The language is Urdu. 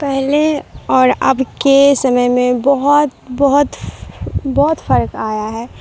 پہلے اور اب کے سمے میں بہت بہت بہت فرق آیا ہے